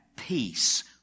Peace